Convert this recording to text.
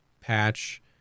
patch